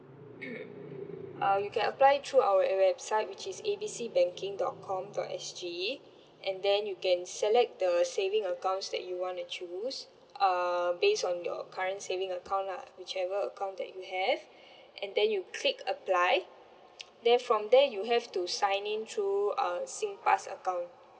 uh you can apply through our website which is A B C banking dot com dot S G and then you can select the saving accounts that you wanna choose um based on your current saving account lah whichever account that you have and then you click apply then from there you have to sign in through uh singpass account